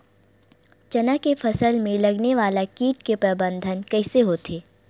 चना के फसल में लगने वाला कीट के प्रबंधन कइसे होथे?